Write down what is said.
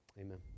amen